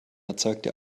erzeugte